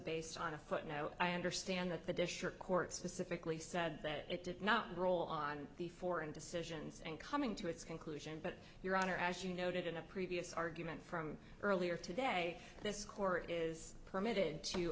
based on a footnote i understand that the district court specifically said that it did not roll on the foreign decisions and coming to its conclusion but your honor as you noted in a previous argument from earlier today this corps is permitted to